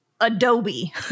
Adobe